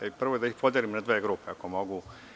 Prvo da ih podelim na dve grupe, ako mogu.